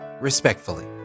respectfully